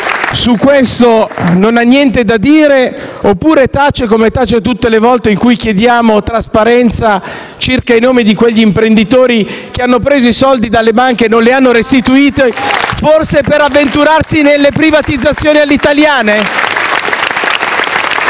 su questo non ha niente da dire oppure tace, come tace tutte le volte in cui chiediamo trasparenza circa i nomi di quegli imprenditori che hanno preso i soldi dalle banche e non li hanno restituiti, forse per avventurarsi nelle privatizzazioni all'italiana?